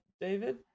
David